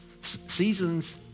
Seasons